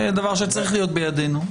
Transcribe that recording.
זה דבר שצריך להיות בידינו.